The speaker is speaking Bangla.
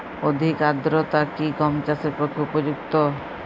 অধিক আর্দ্রতা কি গম চাষের পক্ষে উপযুক্ত?